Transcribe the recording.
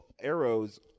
arrows